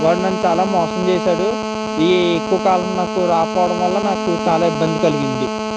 వాడు నన్ను చాలా మోసం చేసాడు ఈ ఎక్కువ కాలం నాకు రాకపోవడం వల్ల నాకు చాలా ఇబ్బంది కలిగింది